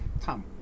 Tom